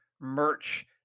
merch